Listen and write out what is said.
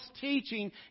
teaching